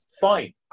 fine